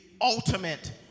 ultimate